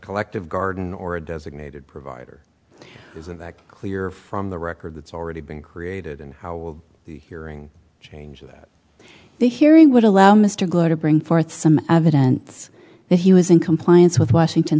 collective garden or a designated provider isn't that clear from the record that's already been created in the hearing changed the hearing would allow mr glow to bring forth some evidence that he was in compliance with washington